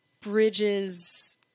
bridges